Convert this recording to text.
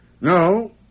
No